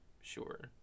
sure